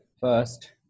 first